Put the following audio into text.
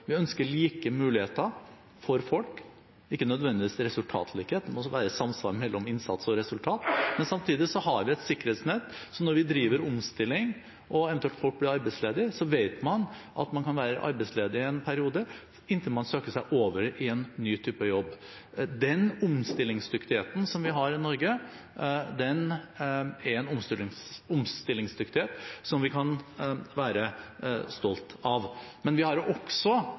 Vi ønsker like muligheter for folk – ikke nødvendigvis resultatlikhet, det må være samsvar mellom innsats og resultat – men samtidig har vi et sikkerhetsnett. Når vi driver omstilling og folk eventuelt blir arbeidsledige, vet man at man kan være arbeidsledig en periode inntil man søker seg over i en ny type jobb. Den omstillingsdyktigheten som vi har i Norge, er en omstillingsdyktighet som vi kan være stolte av. Men vi har også